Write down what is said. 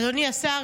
אדוני השר,